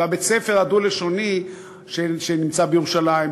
ובית-הספר הדו-לשוני שנמצא בירושלים,